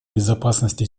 безопасности